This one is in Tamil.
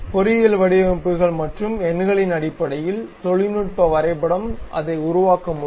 பொறியியல் வடிவமைப்புகள் மற்றும் எண்களின் அடிப்படையில் தொழில்நுட்ப வரைபடம் அதை உருவாக்க வேண்டும்